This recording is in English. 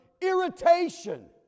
irritation